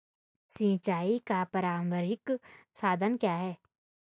सिंचाई का प्रारंभिक साधन क्या है?